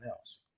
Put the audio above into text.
else